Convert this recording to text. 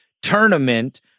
tournament